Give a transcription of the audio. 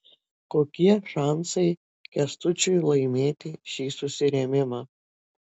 kokie šansai kęstučiui laimėti šį susirėmimą